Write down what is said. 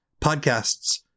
podcasts